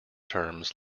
terms